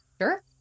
sure